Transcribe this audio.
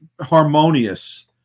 harmonious